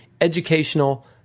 educational